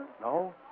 No